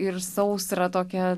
ir sausrą tokią